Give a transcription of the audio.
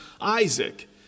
Isaac